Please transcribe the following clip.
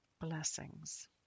Blessings